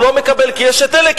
לא מקבל כי יש אלה,